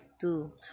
two